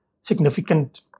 significant